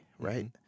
right